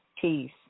Peace